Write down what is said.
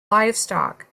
livestock